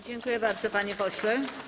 Dziękuję bardzo, panie pośle.